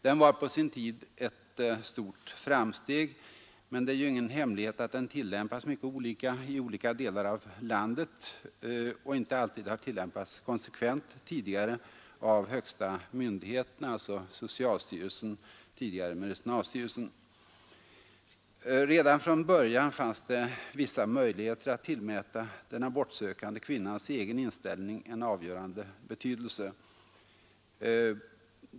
Den var på sin tid ett stort framsteg, men det är ingen hemlighet att den har tillämpats mycket olika i olika delar av landet och inte alltid har tillämpats konsekvent av högsta myndigheten, socialstyrelsen — tidigare medicinalstyrelsen. Redan från början fanns det vissa möjligheter att tillmäta den abortsökande kvinnans egen inställning en avgörande betydelse.